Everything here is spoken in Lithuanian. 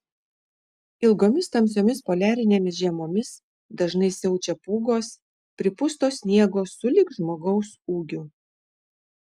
ilgomis tamsiomis poliarinėmis žiemomis dažnai siaučia pūgos pripusto sniego sulig žmogaus ūgiu